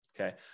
okay